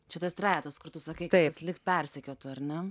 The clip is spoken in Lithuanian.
čia tas trejetas kur tu sakai taip lyg persekiotų ar ne